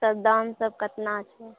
सभ दाम सभ केतना छै